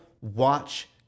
watch